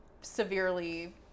severely